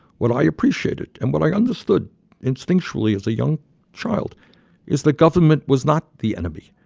what i appreciated and what i understood instinctually as a young child is the government was not the enemy.